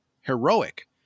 heroic